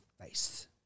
face